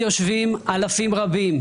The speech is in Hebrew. איתי יושבים אלפים רבים,